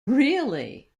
really